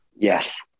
Yes